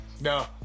No